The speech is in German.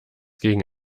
gegen